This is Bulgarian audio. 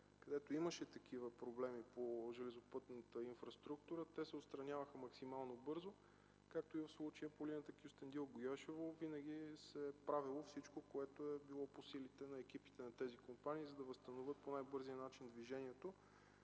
Където имаше такива проблеми по железопътната инфраструктура, те се отстраняваха максимално бързо, както и в случая по линията Кюстендил-Гюешево винаги се е правило всичко, което е било по силите на екипите на тези компании, за да възстановят по най-бързия начин движението